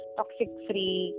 toxic-free